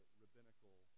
rabbinical